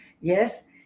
Yes